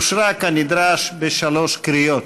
אושרה כנדרש בשלוש קריאות.